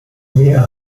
mehr